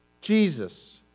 Jesus